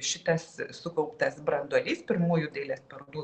šitas sukauptas branduolys pirmųjų dailės parodų